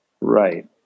Right